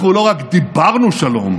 אנחנו לא רק דיברנו שלום,